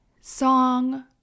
song